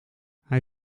hij